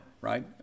right